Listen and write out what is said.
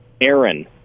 Aaron